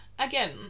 Again